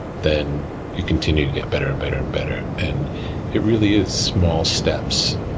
then you continue to get better and better and better, and it really is small steps,